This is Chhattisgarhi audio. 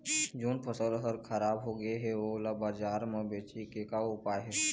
जोन फसल हर खराब हो गे हे, ओला बाजार म बेचे के का ऊपाय हे?